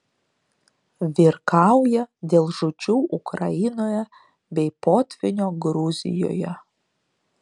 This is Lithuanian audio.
virkauja dėl žūčių ukrainoje bei potvynio gruzijoje